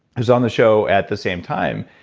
who is on the show at the same time,